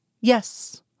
Yes